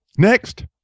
Next